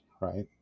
right